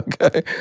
okay